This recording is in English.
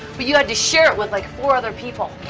but you have to share it with like four other people.